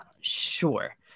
sure